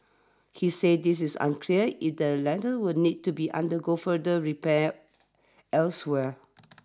he said this is unclear if the latter will need to undergo further repairs elsewhere